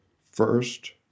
First